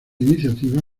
iniciativa